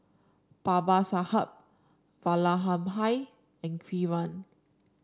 Babasaheb Vallabhbhai and Kiran